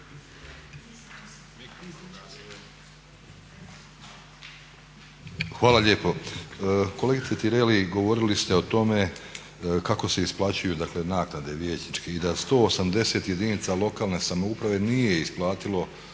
Hvala lijepo. Kolegice Tireli, govorili ste o tome kako se isplaćuju dakle naknade vijećničke i da 180 jedinica lokalne samouprave nije isplatilo